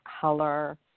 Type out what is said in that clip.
color